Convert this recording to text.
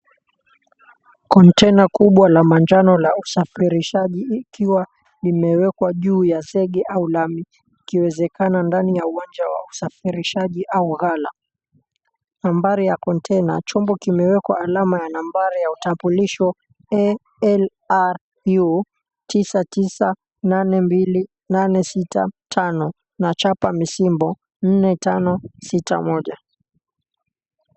Konteina kubwa la manjano la usafirishaji ikiwa imewekwa juu ya zege au lami ikiwezekana ndani ya uwanja ya usafirishaji au ghala nambari ya konteina. Chombo kimewekwa alama ya nambari ya utambulisho ALRU 9982865 na chapa msimbo 9561.